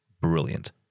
brilliant